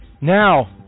Now